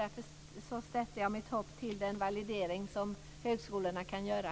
Därför sätter jag mitt hopp till den validering som högskolorna kan göra.